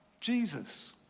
Jesus